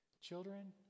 Children